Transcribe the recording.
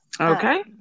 Okay